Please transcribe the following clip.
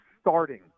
starting